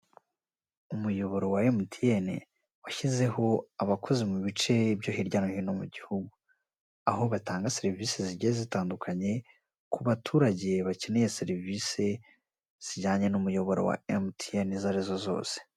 Umuyoboro wa MTN washyizeho abakozi mu bice byo hirya no hino mu gihugu, aho batanga serivisi zigiye zitandukanye, ku baturage bakeneye serivisi zijyanye n'umuyoboro wa MTN izo arizo zose.